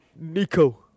Nico